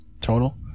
total